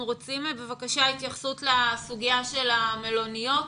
אנחנו רוצים בבקשה התייחסות לסוגיה של המלוניות,